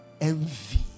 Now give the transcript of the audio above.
Envy